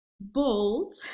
bold